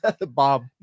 Bob